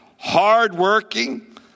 hard-working